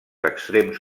extrems